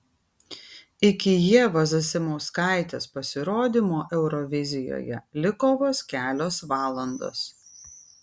iki ievos zasimauskaitės pasirodymo eurovizijoje liko vos kelios valandos